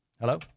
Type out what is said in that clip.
Hello